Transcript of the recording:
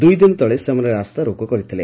ଦୁଇଦିନ ତଳେ ସେମାନେ ରାସ୍ତାରୋକୋ କରିଥିଲେ